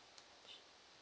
su~